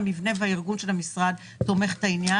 מנכ"ל המשרד ימשיך בהצגת הדברים.